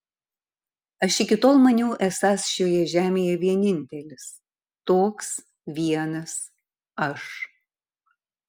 aš iki tol maniau esąs šioje žemėje vienintelis toks vienas aš